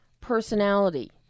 personality